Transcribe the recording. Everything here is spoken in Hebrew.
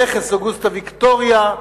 רכס אוגוסטה-ויקטוריה,